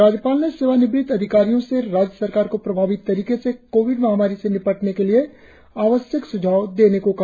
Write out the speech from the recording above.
राज्यपाल ने सेवानिवृत्त अधिकारियों से राज्य सरकार को प्रभावी तरीके से कोविड महामारी से निपटने के लिए आवश्यक स्झाव देने को कहा